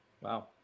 Wow